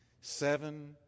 Seven